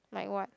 like what